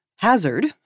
Hazard